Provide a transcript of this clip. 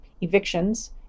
evictions